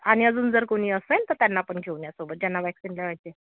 आणि अजून जर कोणी असेल तर त्यांना पण घेऊन या सोबत ज्यांना व्हॅक्सिन लावायचे